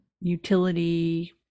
utility